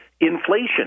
inflation